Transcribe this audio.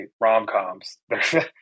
rom-coms